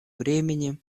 времени